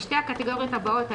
שתי הקטגוריות הבאות,